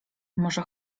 może